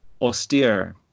austere